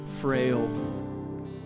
frail